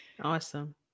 awesome